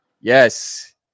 Yes